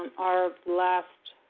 our last.